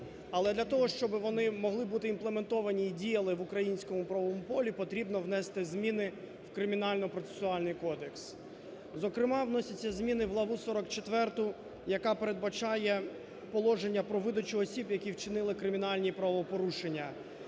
Але для того, щоб вони могли бути імплементовані і діяли в українському правовому полі, потрібно внести зміни в Кримінальний процесуальний кодекс. Зокрема вносяться зміни главу 44, яка передбачає положення про видачу осіб, які вчинили кримінальні правопорушення.